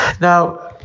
Now